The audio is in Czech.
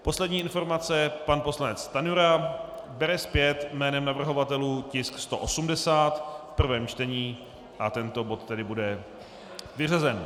Poslední informace pan poslanec Stanjura bere zpět jménem navrhovatelů tisk 180 v prvém čtení a tento bod tedy bude vyřazen.